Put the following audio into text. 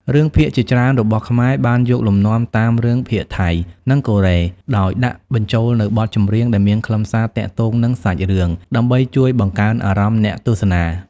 រឿងភាគជាច្រើនរបស់ខ្មែរបានយកលំនាំតាមរឿងភាគថៃ និងកូរ៉េ ដោយដាក់បញ្ចូលនូវបទចម្រៀងដែលមានខ្លឹមសារទាក់ទងនឹងសាច់រឿង ដើម្បីជួយបង្កើនអារម្មណ៍អ្នកទស្សនា។